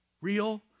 real